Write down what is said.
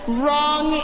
wrong